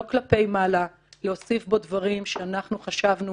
לא כלפי מעלה להוסיף בו דברים שאנחנו חשבנו